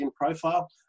profile